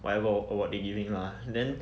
whatever award they giving lah then